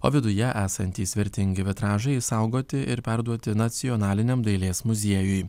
o viduje esantys vertingi vitražai išsaugoti ir perduoti nacionaliniam dailės muziejui